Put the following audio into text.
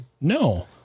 no